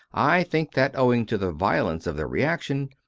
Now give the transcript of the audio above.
i think that, owing to the violence of the reaction,